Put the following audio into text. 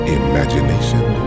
imagination